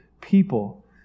people